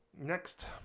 Next